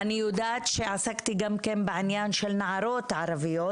אני יודעת שעסקתי גם כן בעניין של נערות ערביות